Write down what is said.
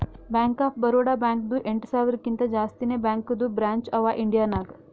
bank of Baroda ಬ್ಯಾಂಕ್ದು ಎಂಟ ಸಾವಿರಕಿಂತಾ ಜಾಸ್ತಿನೇ ಬ್ಯಾಂಕದು ಬ್ರ್ಯಾಂಚ್ ಅವಾ ಇಂಡಿಯಾ ನಾಗ್